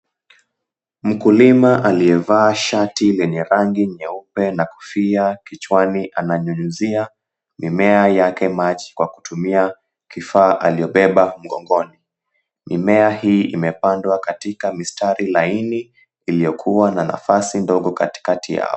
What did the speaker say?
Mkulima aliyevaa shati lenye rangi nyeupe na kofia kichwani ananyunyizia mimea yake maji kwa kutumia kifaa aliyobeba mgongoni mimea hii imepandwa katika mistari laini iliyokuwa na nafasi ndogo katikati yao.